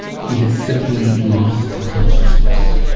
he had simply lost consciousness.